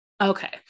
Okay